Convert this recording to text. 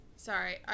Sorry